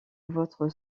votre